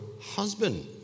husband